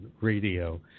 radio